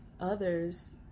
others